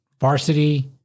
Varsity-